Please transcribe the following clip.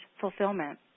fulfillment